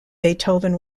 beethoven